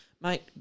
mate